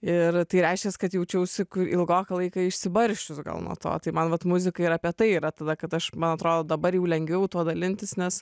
ir tai reiškias kad jaučiausi ilgoką laiką išsibarsčius gal nuo to tai man vat muzika ir apie tai yra ta kad aš man atrodo dabar jau lengviau tuo dalintis nes